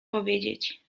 powiedzieć